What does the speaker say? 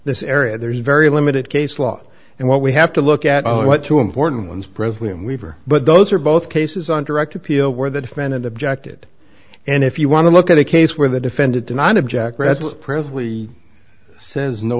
this area there's very limited case law and what we have to look at what two important ones presently in weaver but those are both cases on direct appeal where the defendant objected and if you want to look at a case where the defendant did not object present presently he says no